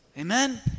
Amen